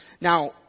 Now